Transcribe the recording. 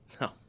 No